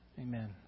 amen